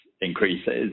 increases